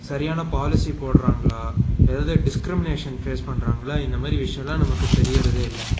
சரியான பாலிசி போடுறாங்களா எதாவது டிஸ்கிரிமினேஷன் ஃபேஸ் பண்ணுறாங்களா இந்த மாதிரி விஷயோலாம் நமக்கு தெரியுறதே இல்லை